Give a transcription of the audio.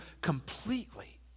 completely